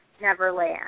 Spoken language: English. Neverland